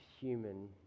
human